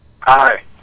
Hi